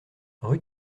rue